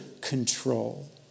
control